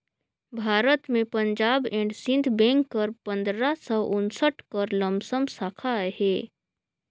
भारत में Punjab and Sind bank कर पंदरा सव उन्सठ कर लमसम साखा अहे